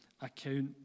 account